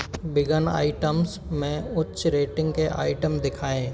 vegan items में उच्च rating के आइटम दिखाएँ